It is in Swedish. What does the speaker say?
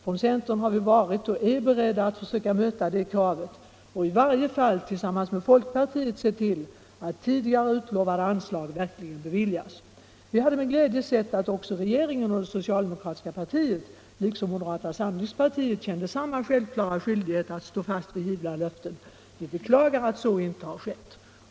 Från centern har vi varit och är beredda att försöka möta det kravet och i varje fall tillsammans med folkpartiet arbeta för att tidigare utlovade anslag verkligen beviljas. Vi hade med glädje sett att också regeringen och det socialdemokratiska partiet liksom moderata samlingspartiet känt samma självklara skyldighet att stå fast vid givna löften. Vi beklagar att så inte är fallet.